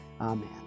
Amen